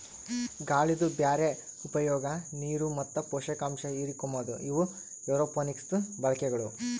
ಗಾಳಿದು ಬ್ಯಾರೆ ಉಪಯೋಗ, ನೀರು ಮತ್ತ ಪೋಷಕಾಂಶ ಹಿರುಕೋಮದು ಇವು ಏರೋಪೋನಿಕ್ಸದು ಬಳಕೆಗಳು